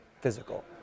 physical